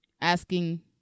asking